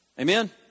Amen